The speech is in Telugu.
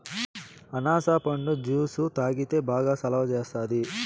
అనాస పండు జ్యుసు తాగితే బాగా సలవ సేస్తాది